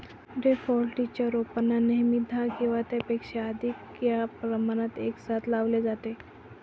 daffodils च्या रोपांना नेहमी दहा किंवा त्यापेक्षा अधिक या प्रमाणात एकसाथ लावले जाते